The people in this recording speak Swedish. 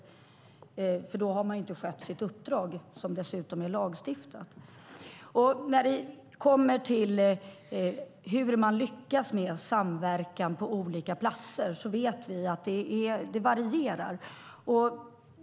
Då har man nämligen inte skött sitt uppdrag, som dessutom är lagstiftat. När det kommer till hur man lyckas med samverkan på olika platser vet vi att det varierar.